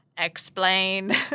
explain